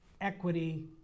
equity